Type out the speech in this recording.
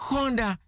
Honda